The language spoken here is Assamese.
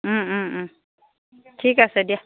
ঠিক আছে দিয়া